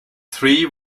three